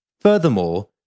Furthermore